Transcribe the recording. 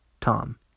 Tom